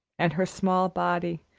and her small body,